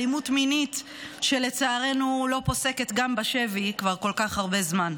אלימות מינית שלצערנו לא פוסקת גם בשבי כבר כל כך הרבה מאוד זמן,